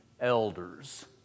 elders